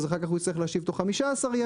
אז אחר כך הוא יצטרך להשיב תוך 15 ימים,